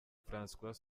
françois